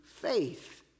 faith